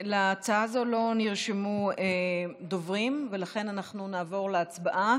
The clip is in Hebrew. להצעה זו לא נרשמו דוברים ולכן אנחנו נעבור להצבעה.